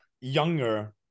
younger